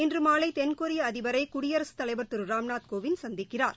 இன்று மாலை தென்கொரிய அதிபரை குடியரசு தலைவர் ராம்நாத் கோவிந்த் சந்திக்கிறார்